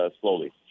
slowly